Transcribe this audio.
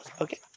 Okay